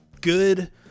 good